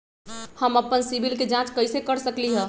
हम अपन सिबिल के जाँच कइसे कर सकली ह?